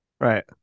Right